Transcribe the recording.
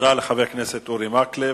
תודה לחבר הכנסת אורי מקלב.